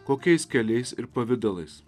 kokiais keliais ir pavidalais